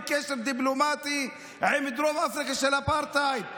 בקשר דיפלומטי עם דרום אפריקה של האפרטהייד,